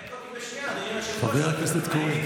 תפנק אותי בשנייה, אדוני היושב-ראש.